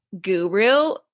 guru